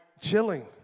chilling